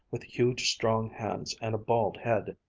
with huge strong hands and a bald head.